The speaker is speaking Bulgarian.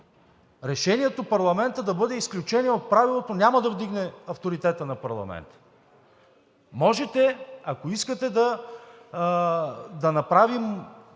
решението парламентът да бъде изключение от правилото няма да вдигне авторитета на парламента. Можете, ако искате, да направим